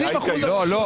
היה היגיון --- לא,